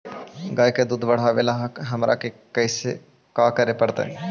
गाय के दुध बढ़ावेला हमरा का करे पड़तई?